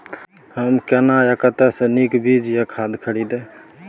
हम केना आ कतय स नीक बीज आ खाद खरीदे?